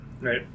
Right